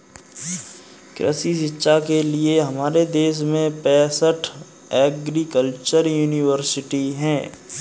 कृषि शिक्षा के लिए हमारे देश में पैसठ एग्रीकल्चर यूनिवर्सिटी हैं